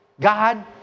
God